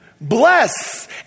bless